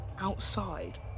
outside